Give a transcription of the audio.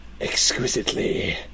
exquisitely